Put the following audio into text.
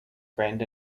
friend